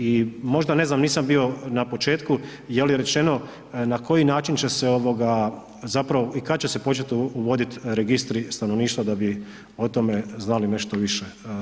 I možda ne znam, nisam bio na početku je li rečeno na koji način će se ovoga i zapravo kad će se početi uvoditi registri stanovništva da bi o tome znali nešto više.